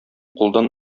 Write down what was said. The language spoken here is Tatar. кулдан